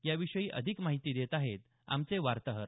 याविषयी अधिक माहिती देत आहेत आमचे वार्ताहर